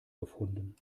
gefunden